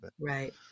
Right